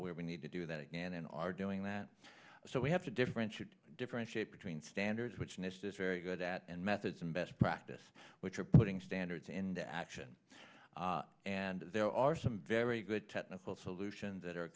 where we need to do that again and are doing that so we have to differentiate differentiate between standards which nist is very good at and methods and best practice which are putting standards into action and there are some very good technical solutions that are